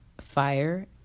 fire